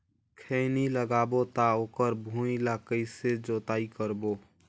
खैनी लगाबो ता ओकर भुईं ला कइसे जोताई करबो?